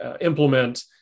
implement